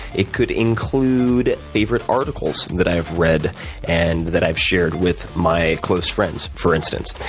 it could include favorite articles that i've read and that i've shared with my close friends, for instance.